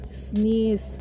sneeze